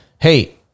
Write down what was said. Hey